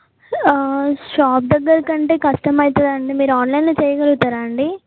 shop దగ్గర అంటే కష్టమవుతుంది అండి మీరు ఆన్లైన్లో చెయ్యగలుగుతారా అండి